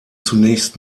zunächst